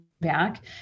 back